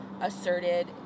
asserted